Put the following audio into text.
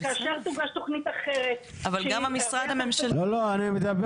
אבל זה לא שזה